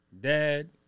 dad